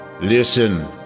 Listen